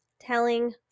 telling